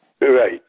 Right